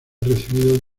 recibido